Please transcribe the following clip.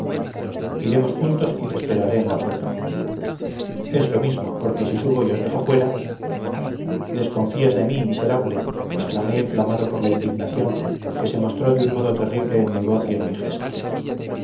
iremos juntos y te esperaré en la puerta es lo mismo porque si subo y os dejo fuera desconfías de mí miserable exclamé inflamado por la indignación que se mostró de un modo terrible en mi voz y en mi gesto